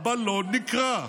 הבלון נקרע.